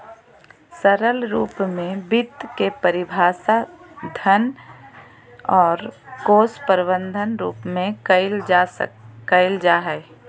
सरल रूप में वित्त के परिभाषा धन और कोश प्रबन्धन रूप में कइल जा हइ